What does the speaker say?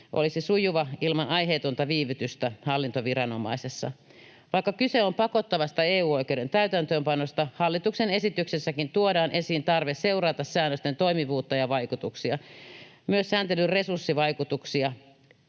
olisi sujuvaa ilman aiheetonta viivytystä hallintoviranomaisessa. Vaikka kyse on pakottavasta EU-oikeuden täytäntöönpanosta, hallituksen esityksessäkin tuodaan esiin tarve seurata säännösten toimivuutta ja vaikutuksia. Myös sääntelyn resurssivaikutuksia